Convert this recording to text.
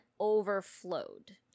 overflowed